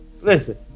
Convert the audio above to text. listen